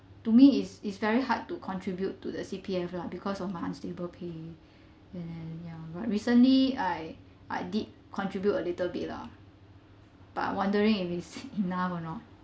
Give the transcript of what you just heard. to me is it's very hard to contribute to the C_P_F lah because of my unstable pay and ya right recently I I did contribute a little bit lah but am wondering if it's enough or not